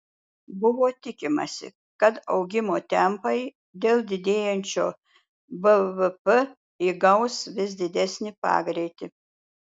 buvo tikimasi kad augimo tempai dėl didėjančio bvp įgaus vis didesnį pagreitį